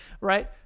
right